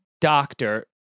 doctor